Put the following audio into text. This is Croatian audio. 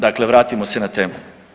Dakle, vratimo se na temu.